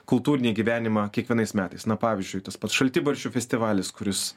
kultūrinį gyvenimą kiekvienais metais na pavyzdžiui tas pats šaltibarščių festivalis kuris